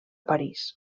parís